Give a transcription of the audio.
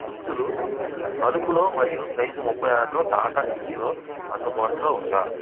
దుస్తులు నలుపులో మరియు సైజ్ ముప్పై ఆరులో టాటా క్లిక్లో అందుబాటులో ఉందా